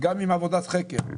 גם עם עבודת חקר,